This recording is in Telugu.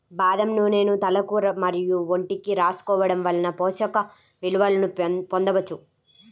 బాదం నూనెను తలకు మరియు ఒంటికి రాసుకోవడం వలన పోషక విలువలను పొందవచ్చు